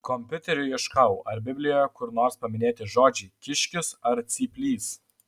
kompiuteriu ieškojau ar biblijoje kur nors paminėti žodžiai kiškis ar cyplys